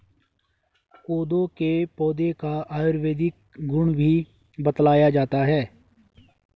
कोदो के पौधे का आयुर्वेदिक गुण भी बतलाया जाता है